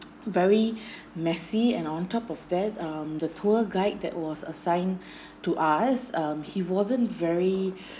very messy and on top of that um the tour guide that was assigned to us um he wasn't very